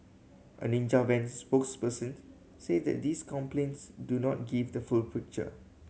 a Ninja Van spokesperson say that these complaints do not give the full picture